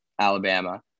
Alabama